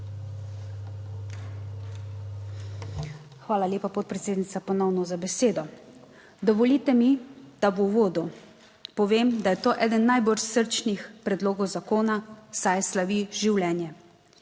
Hvala lepa, podpredsednica, ponovno za besedo. Dovolite mi, da v uvodu povem, da je to eden najbolj srčnih predlogov zakona, saj slavi življenje.